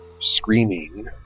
screaming